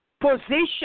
position